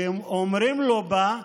והם אומרים לו בה: